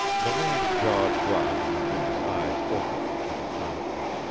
the man's jaw dropped and his eyes opened in astonishment.